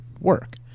work